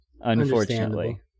Unfortunately